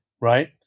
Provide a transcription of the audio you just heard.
Right